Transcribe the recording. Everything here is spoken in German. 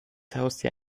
haustier